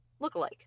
lookalike